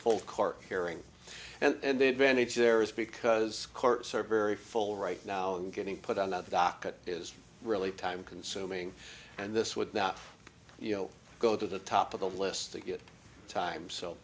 full court hearing and it mandates there is because courts are very full right now and getting put on the docket is really time consuming and this would not you know go to the top of the list to get time so